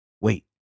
Wait